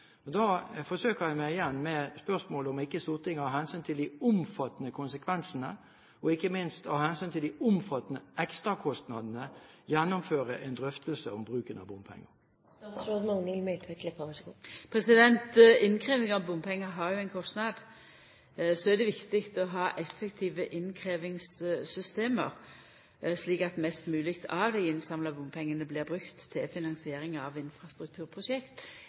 da forsøker jeg meg igjen med spørsmålet om ikke Stortinget av hensyn til de omfattende konsekvensene, og ikke minst av hensyn til de omfattende ekstrakostnadene, kan gjennomføre en drøftelse om bruken av bompenger. Innkrevjing av bompengar har jo ein kostnad. Så er det viktig å ha effektive innkrevjingssystem, slik at mest mogleg av dei innsamla bompengane blir brukt til finansiering av infrastrukturprosjekt.